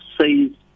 say